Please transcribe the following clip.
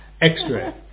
Extra